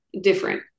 different